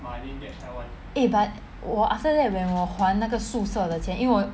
eh but 我 after that when 我还那个宿舍的钱因为我